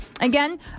again